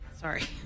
Sorry